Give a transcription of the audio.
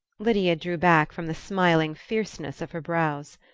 lydia drew back from the smiling fierceness of her brows.